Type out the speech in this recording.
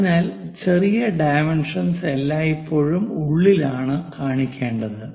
അതിനാൽ ചെറിയ ഡൈമെൻഷൻസ് എല്ലായ്പ്പോഴും ഉള്ളിലാണ് കാണിക്കേണ്ടത്